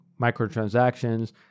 microtransactions